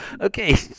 Okay